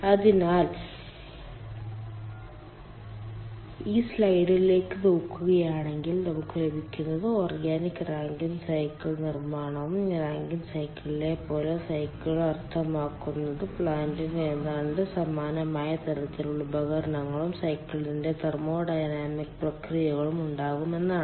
അതിനാൽ ഈ സ്ലൈഡിലേക്ക് നോക്കുകയാണെങ്കിൽ നമുക്ക് ലഭിക്കുന്നത് ഓർഗാനിക് റാങ്കൈൻ സൈക്കിൾ നിർമ്മാണവും റാങ്കിൻ സൈക്കിളിലെ പോലെ സൈക്കിളും അർത്ഥമാക്കുന്നത് പ്ലാൻറിൽ ഏതാണ്ട് സമാനമായ തരത്തിലുള്ള ഉപകരണങ്ങളും സൈക്കിളിന്റെ തെർമോഡൈനാമിക് പ്രക്രിയകളും ഉണ്ടാകും എന്നാണ്